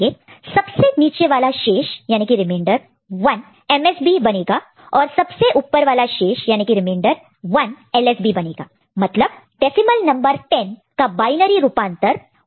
सबसे नीचे वाला शेष रिमेंडर remainder MSB बनेगा सबसे ऊपर वाला शेष रिमेंडर remainder LSB बनेगा मतलब डेसिमल नंबर 10 का बायनरी इक्विवेलेंट 1010 है